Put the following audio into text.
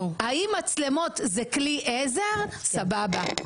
אם מצלמות זה כלי עזר, סבבה.